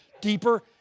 deeper